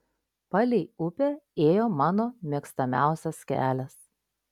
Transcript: palei upę ėjo mano mėgstamiausias kelias